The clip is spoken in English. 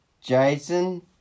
Jason